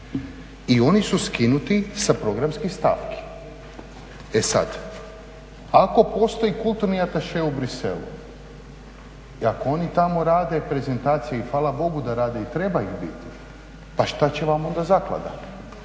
I oni su skinuti sa programskih stavki. E sad, ako postoji kulturni ataše u Bruxellesu i ako oni tamo rade prezentacije i hvala Bogu da rade i treba im biti, pa šta će vam onda zaklada.